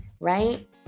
right